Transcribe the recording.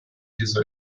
dieser